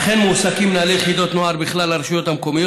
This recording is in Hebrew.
אכן מועסקים מנהלי יחידות נוער בכלל הרשויות המקומיות